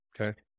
Okay